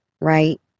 right